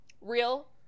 real